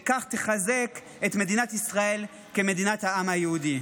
וכך תחזק את מדינת ישראל כמדינת העם היהודי.